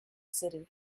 city